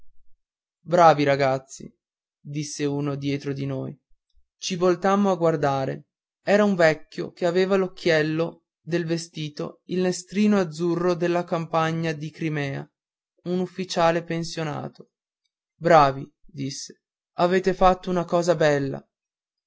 bravi ragazzi disse uno dietro di noi ci voltammo a guardare era un vecchio che aveva all'occhiello del vestito il nastrino azzurro della campagna di crimea un ufficiale pensionato bravi disse avete fatto una cosa bella